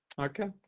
Okay